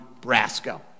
Brasco